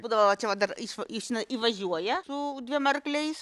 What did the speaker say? būdavo va čia va dar išva išna įvažiuoja su dviem arkliais